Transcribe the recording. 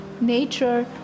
nature